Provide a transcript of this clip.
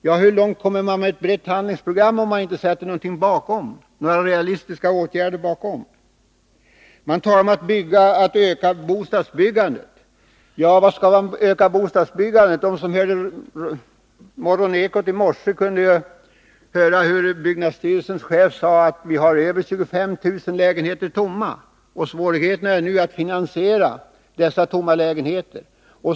Men hur långt kommer man med ett brett handlingsprogram, om man inte sätter in några realistiska åtgärder i det? Man talar vidare om att öka bostadsbyggandet. Ja, varför skall man öka bostadsbyggandet? De som lyssnade på dagens Morgoneko kunde ju höra byggnadsstyrelsens chef säga att vi har över 25 000 tomma lägenheter. Svårigheterna är nu att finansiera dessa tomma lägenheter.